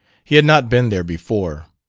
he had not been there before.